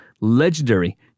legendary